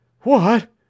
What